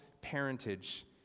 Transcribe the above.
parentage